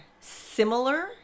similar